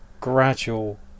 gradual